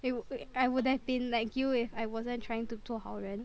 it wou~ I would have been like you if I wasn't trying to 做好人